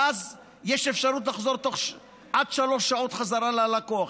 ואז יש אפשרות לחזור עד שלוש שעות בחזרה ללקוח.